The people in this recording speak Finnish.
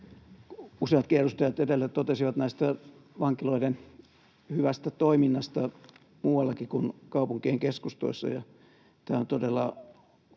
useatkin edustajat edellä totesivat vankiloiden hyvästä toiminnasta muuallakin kuin kaupunkien keskustoissa. Tämä on todella